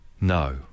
No